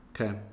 okay